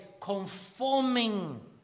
conforming